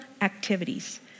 activities